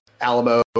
Alamo